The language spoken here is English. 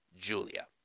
Julia